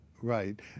Right